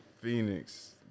Phoenix